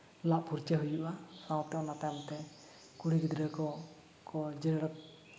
ᱞᱟᱜ ᱯᱷᱩᱨᱪᱟᱹ ᱦᱩᱭᱩᱜᱼᱟ ᱥᱟᱶᱛᱮ ᱚᱱᱟ ᱛᱟᱭᱚᱢ ᱛᱮ ᱠᱩᱲᱤ ᱜᱤᱫᱽᱨᱟᱹ ᱠᱚ ᱠᱚ ᱡᱮᱲᱮᱲ